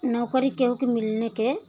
नौकरी केहु के मिलने के